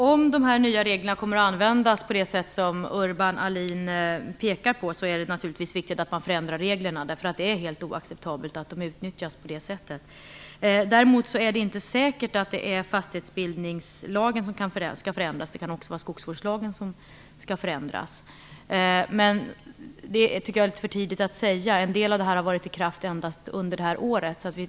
Fru talman! Om de nya reglerna kommer att användas på det sätt som Urban Ahlin pekar på är det naturligtvis viktigt att man förändrar dem. Det är helt oacceptabelt att de utnyttjas på det sättet. Däremot är det inte säkert att det är fastighetsbildningslagen som skall förändras. Det kan också vara skogsvårdslagen som skall förändras. Jag tycker att det är litet för tidigt att säga vilket. En del av bestämmelserna har varit i kraft endast under detta år.